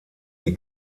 die